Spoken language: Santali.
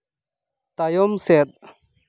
ᱛᱟᱭᱚᱢ ᱥᱮᱫ